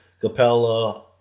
Capella